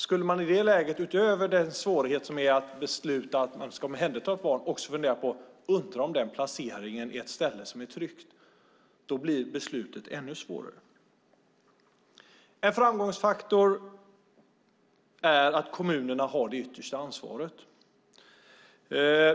Skulle man i det läget utöver den svårighet som det innebär att besluta att omhänderta ett barn också fundera på om placeringen är ett ställe som är tryggt blir beslutet ännu svårare. En framgångsfaktor är att kommunerna har det yttersta ansvaret.